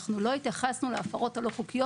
אנחנו לא התייחסנו להפרות הלא חוקיות.